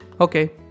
Okay